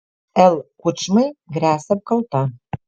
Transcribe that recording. l kučmai gresia apkalta